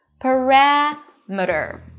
Parameter